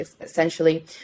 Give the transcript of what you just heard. essentially